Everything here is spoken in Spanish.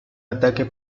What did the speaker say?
ataque